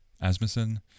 Asmussen